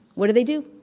what do they do?